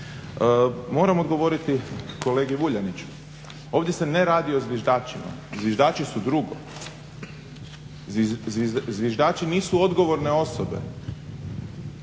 Moram odgovoriti kolegi Vuljaniću. Ovdje se ne radi o zviždačima. Zviždači su drugo, zviždači nisu odgovorne osobe.